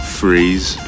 freeze